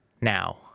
now